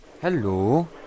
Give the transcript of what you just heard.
Hello